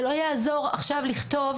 זה לא יעזור עכשיו לכתוב,